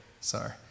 Sorry